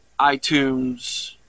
iTunes